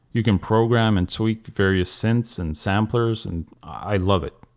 you can program and tweak various synths and samplers and i love it.